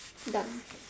done